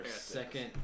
second